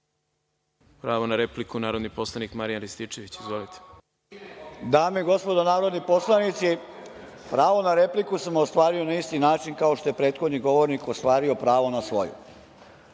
na repliku, narodni poslanik Marijan Rističević. **Marijan Rističević** Dame i gospodo narodni poslanici, pravo na repliku sam ostvario na isti način kao što je prethodni govornik ostvario pravo na svoju. Ja